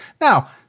Now